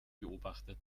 beobachtet